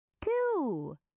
Two